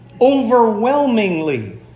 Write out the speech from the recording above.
Overwhelmingly